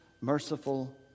merciful